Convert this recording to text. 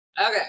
Okay